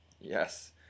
Yes